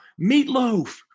meatloaf